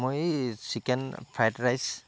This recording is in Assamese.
মই এই চিকেন ফ্ৰাইড ৰাইচ